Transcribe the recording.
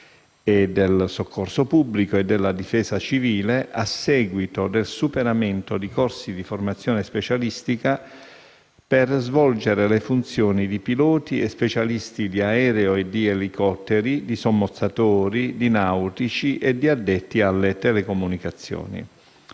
del soccorso pubblico e della difesa civile, a seguito del superamento di corsi di formazione specialistica, per svolgere le funzioni di piloti e specialisti di aereo e di elicotteri, di sommozzatori, di nautici e di addetti alle telecomunicazioni.